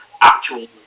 actual